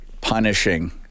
punishing